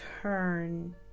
turn